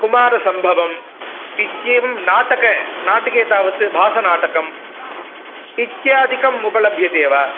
कुमारसम्भवम् इत्येवं नाटक नाटके तावत् भासनाटकं इत्यादिकं उपलभ्यते वा